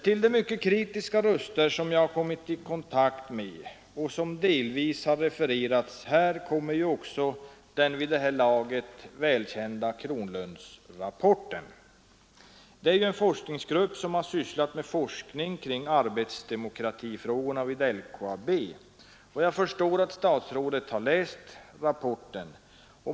Till de mycket kritiska uttalanden som jag har tagit del av och som delvis har refererats här kommer också den vid det här laget välkända Kronlundsrapporten av en forskningsgrupp som har sysslat med forskning kring arbetsdemokratifrågorna vid LKAB. Jag förstår att statsrådet har läst rapporten.